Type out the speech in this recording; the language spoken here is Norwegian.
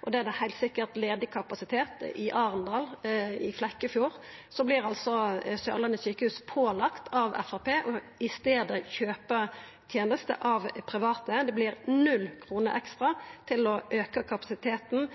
og det er det heilt sikkert, ledig kapasitet i Arendal og Flekkefjord, vert altså Sørlandet sjukehus pålagt av Framstegspartiet å i staden kjøpa tenester av private. Det vert null kroner ekstra til å auka kapasiteten